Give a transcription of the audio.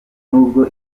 nubwo